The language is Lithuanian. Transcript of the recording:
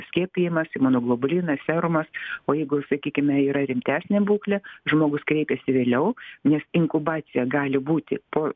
skiepijamasi imonuglobulinas serumas o jeigu sakykime yra rimtesnė būklė žmogus kreipiasi vėliau nes inkubacija gali būti po